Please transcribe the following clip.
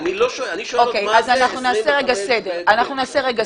אני לא חושבת שצריך לרדת לרזולוציות מי בדיוק במשטרה.